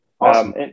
Awesome